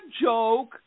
joke